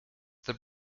the